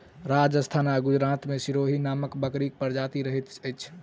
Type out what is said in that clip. राजस्थान आ गुजरात मे सिरोही नामक बकरीक प्रजाति रहैत अछि